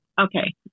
Okay